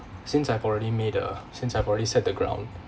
since I've already made the uh since I've already set the ground